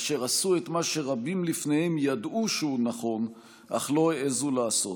אשר עשו את מה שרבים לפניהם ידעו שהוא נכון אך לא העזו לעשות.